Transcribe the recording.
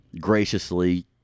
graciously